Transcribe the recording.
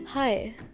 Hi